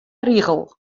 rigel